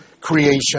creation